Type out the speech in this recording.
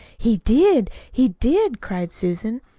he did, he did, cried susan,